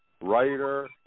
writer